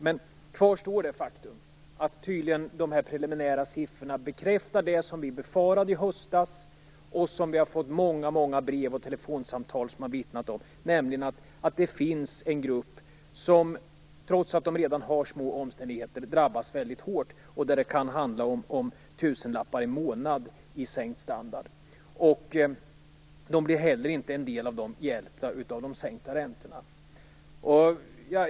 Men kvar står det faktum att dessa preliminära siffror bekräftar det som vi befarade i höstas - vi har fått många brev och telefonsamtal som har vittnat om det också - nämligen att det finns en grupp som trots att de redan har små omständigheter drabbas väldigt hårt. Det kan handla om tusenlappar i sänkt standard per månad. En del av dem blir inte heller hjälpta av de sänkta räntorna.